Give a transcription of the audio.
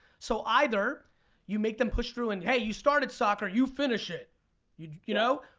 so, either you make them push through, and, hey, you started soccer, you finish it you you know